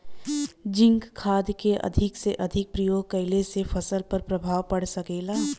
Zinc खाद क अधिक से अधिक प्रयोग कइला से फसल पर का प्रभाव पड़ सकेला?